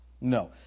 No